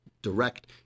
Direct